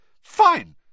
Fine